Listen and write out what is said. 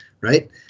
Right